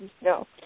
no